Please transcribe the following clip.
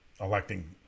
electing